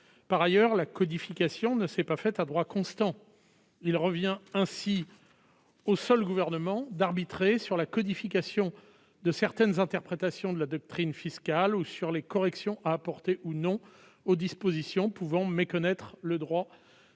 par ailleurs la codification ne s'est pas faite à droit constant, il revient ainsi au seul gouvernement d'arbitrer sur la codification de certaines interprétations de la doctrine fiscale ou sur les corrections à apporter ou non aux dispositions pouvant méconnaître le droit de